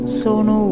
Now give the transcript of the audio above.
sono